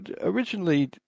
originally